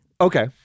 Okay